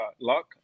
luck